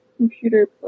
Computer